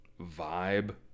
vibe